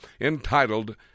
entitled